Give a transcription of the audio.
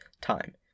time